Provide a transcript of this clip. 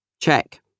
Check